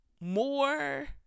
more